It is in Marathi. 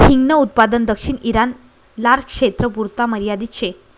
हिंगन उत्पादन दक्षिण ईरान, लारक्षेत्रपुरता मर्यादित शे